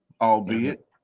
albeit